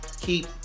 keep